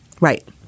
Right